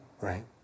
Right